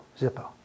Zippo